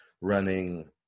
running